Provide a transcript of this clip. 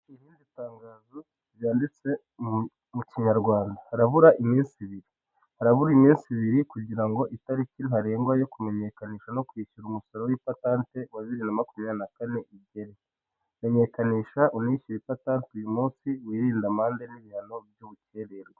Iri ni itangazo ryanditse mu kinyarwanda harabura iminsi ibiri kugira ngo itariki ntarengwa yo kumenyekanisha ndetse no kwishyura umusoro w'ipatante wa bibiri namakumyabiri na kane ugera, menyekanisha unishyure ipatante uyu munsi wirinde amande n'ibihano by'ubukererwe.